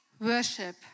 worship